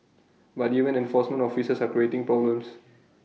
but even enforcement officers are creating problems